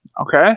okay